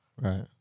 Right